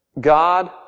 God